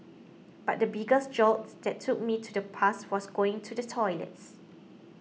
but the biggest jolts that took me to the past was going to the toilets